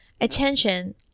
attention